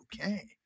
okay